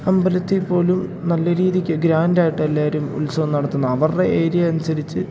അമ്പലത്തിൽപ്പോലും നല്ല രീതിയ്ക്ക് ഗ്രാൻഡായിട്ട് എല്ലാവരും ഉത്സവം നടത്തുന്നത് അവരുടെ ഏരിയ അനുസരിച്ച്